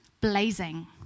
blazing